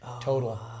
total